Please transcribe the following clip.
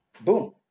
Boom